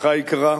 משפחה יקרה,